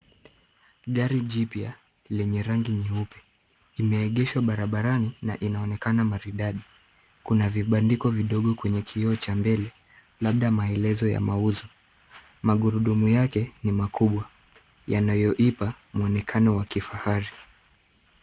Gari jipya lenye rangi nyeupe limeegeshwa barabarani na inaonekana maridadi. Kuna vibandiko vidogo kwenye kioo cha mbele labda maelezo ya mauzo. Magurudumu yake ni makubwa yanayoipa muonekano wa kifahari.